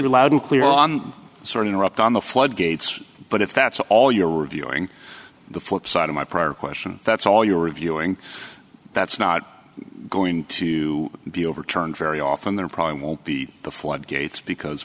loud and clear on sort interrupt on the floodgates but if that's all you are viewing the flip side of my prior question that's all you're reviewing that's not going to be overturned very often there probably won't be the floodgates because